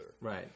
right